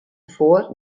derfoar